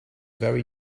very